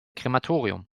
krematorium